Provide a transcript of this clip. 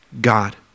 God